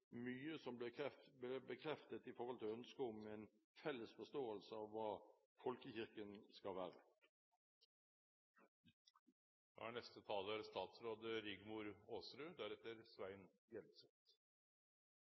mye som ble bekreftet når det gjelder ønsket om en felles forståelse av hva folkekirken skal